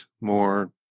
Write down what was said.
more